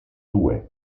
due